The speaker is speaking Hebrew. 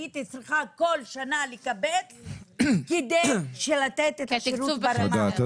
הייתי צריכה כל שנה לקבל כדי לתת את השירות ברמה תקינה.